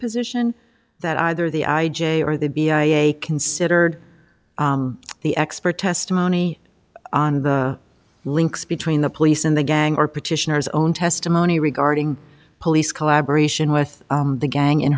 position that either the i j a or the b i a considered the expert testimony on the links between the police and the gang or petitioners own testimony regarding police collaboration with the gang in